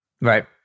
Right